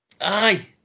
Aye